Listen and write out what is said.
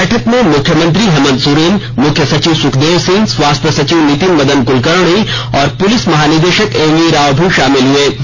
इस बैठक में मुख्यमंत्री हेमंत सोरेन मुख्य सचिव सुखदेव सिंह स्वास्थ्य सचिव नितिन मदन कूलकर्णी और पुलिस महानिदेशक एमवी राव शामिल हुए